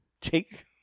Jake